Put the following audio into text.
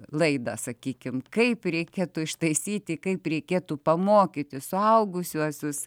laidą sakykim kaip reikėtų ištaisyti kaip reikėtų pamokyti suaugusiuosius